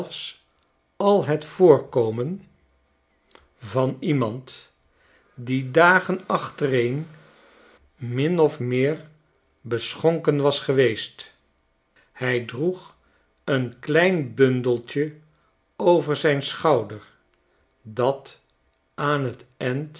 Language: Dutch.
al het voorkomen van iemand die dagen achtereen min of meer beschonken was geweest hij droeg een klein bundeltje over zijn schouder dat aan t end